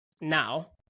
now